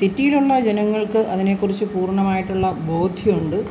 സിറ്റിയിലുള്ള ജനങ്ങൾക്ക് അതിനെക്കുറിച്ച് പൂർണ്ണമായിട്ടുള്ള ബോധ്യമുണ്ട്